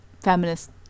feminist